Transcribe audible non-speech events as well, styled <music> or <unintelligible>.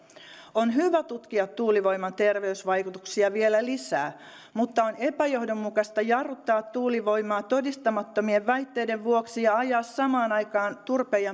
on hyvä tutkia tuulivoiman terveysvaikutuksia vielä lisää mutta on epäjohdonmukaista jarruttaa tuulivoimaa todistamattomien väitteiden vuoksi ja ajaa samaan aikaan turpeen ja <unintelligible>